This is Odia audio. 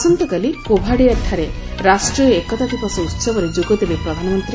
ଆସନ୍ତାକାଲି ଗୁଜୁରାଟର କୋଭାଡିଆଠାରେ ରାଷ୍ଟ୍ରୀୟ ଏକତା ଦିବସ ଉତ୍ସବରେ ଯୋଗଦେବେ ପ୍ରଧାନମନ୍ତ୍ରୀ